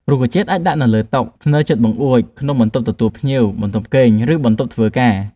រុក្ខជាតិអាចដាក់នៅលើតុ ធ្នើរ ជិតបង្អួច ក្នុងបន្ទប់ទទួលភ្ញៀវ បន្ទប់គេង ឬបន្ទប់ធ្វើការ។